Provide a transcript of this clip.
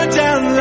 down